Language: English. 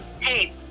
hey